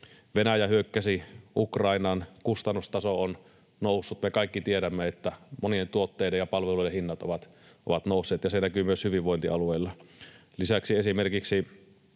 Venäjä hyökkäsi Ukrainaan. Kustannustaso on noussut. Me kaikki tiedämme, että monien tuotteiden ja palveluiden hinnat ovat nousseet, ja se näkyy myös hyvinvointialueilla. Lisäksi esimerkiksi